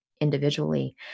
individually